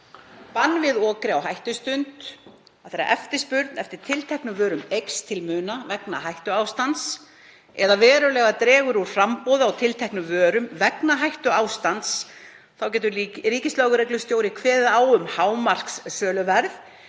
Bann við okri á hættustundu. Þegar eftirspurn eftir tilteknum vörum eykst til muna vegna hættuástands eða verulega dregur úr framboði á tilteknum vörum vegna hættuástands getur ríkislögreglustjóri kveðið á um hámarkssöluverð